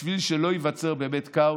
בשביל שלא ייווצר באמת כאוס.